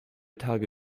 tage